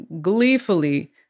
gleefully